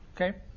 Okay